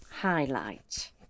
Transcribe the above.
Highlight